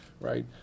right